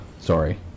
Sorry